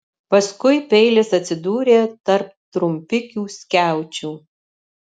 paskui peilis atsidūrė tarp trumpikių skiaučių